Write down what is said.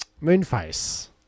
Moonface